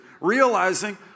Realizing